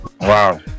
Wow